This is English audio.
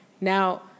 Now